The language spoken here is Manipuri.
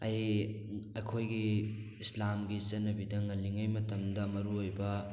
ꯑꯩ ꯑꯩꯈꯣꯏꯒꯤ ꯏꯁꯂꯥꯝꯒꯤ ꯆꯠꯅꯕꯤꯗ ꯉꯜꯂꯤꯉꯒꯤ ꯃꯇꯝꯗ ꯃꯔꯨ ꯑꯣꯏꯕ